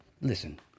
Listen